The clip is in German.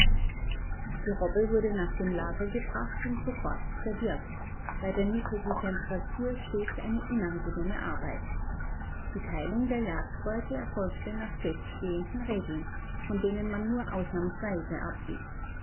die robbe wurde nach dem lager gebracht und sofort zerwirkt bei der niedrigen temperatur stets eine unangenehme arbeit die teilung der jagdbeute erfolgte nach feststehenden regeln von denen man nur ausnahmsweise abwich